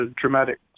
dramatic